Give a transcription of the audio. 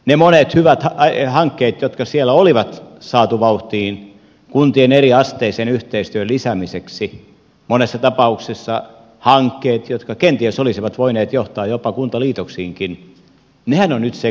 ne monet hyvät hankkeet jotka siellä oli saatu vauhtiin kuntien eriasteisen yhteistyön lisäämiseksi monessa tapauksessa hankkeet jotka kenties olisivat voineet johtaa jopa kuntaliitoksiinkin nehän ovat nyt sekaisin